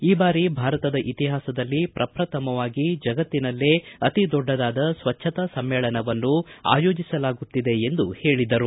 ಈ ಬಾರಿ ಭಾರತದ ಇತಿಹಾಸದಲ್ಲಿ ಪ್ರಪ್ರಥಮವಾಗಿ ಜಗತ್ತಿನಲ್ಲೇ ಅತೀ ದೊಡ್ಡದಾದ ಸ್ವಚ್ಚತಾ ಸಮ್ಮೇಳನವನ್ನು ಆಯೋಜಿಸಲಾಗುತ್ತಿದೆ ಎಂದು ಹೇಳಿದರು